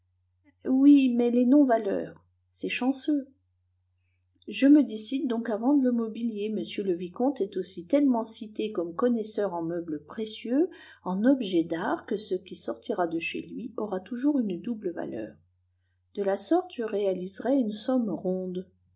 oui mais les non valeurs c'est chanceux je me décide donc à vendre le mobilier m le vicomte est aussi tellement cité comme connaisseur en meubles précieux en objets d'art que ce qui sortira de chez lui aura toujours une double valeur de la sorte je réaliserai une somme ronde